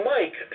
Mike